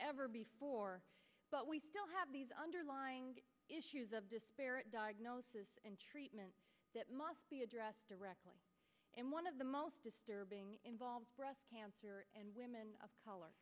ever before but we still have underlying issues of disparate diagnosis and treatment that must be addressed directly and one of the most disturbing involves breast cancer and women of color